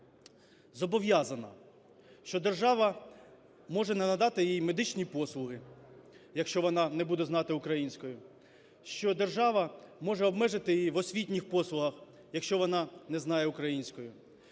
зобов'язана, що держава може не надати їй медичні послуги, якщо вона не буде знати української, що держава може обмежити її в освітніх послугах, якщо вона не знає української,